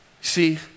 See